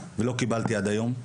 ולא קיבלתי אותם עד היום.